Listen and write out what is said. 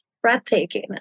breathtaking